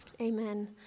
Amen